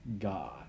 God